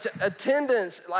attendance